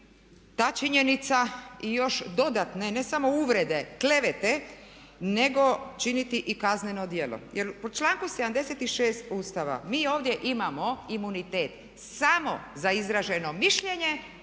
ta činjenica i još dodatne ne samo uvrede, klevete nego činiti i kazneno djelo. Jer po članku 76. Ustava mi ovdje imamo imunitet samo za izraženo mišljenje